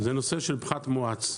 זה הנושא של פחת מואץ.